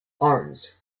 arms